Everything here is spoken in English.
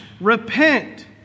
Repent